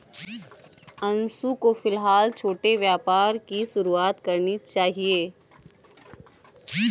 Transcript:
अंशु को फिलहाल छोटे व्यापार की शुरुआत करनी चाहिए